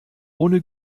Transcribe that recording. ohne